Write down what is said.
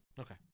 Okay